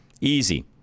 easy